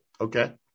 Okay